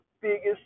biggest